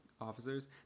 officers